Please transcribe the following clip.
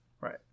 Right